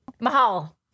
Mahal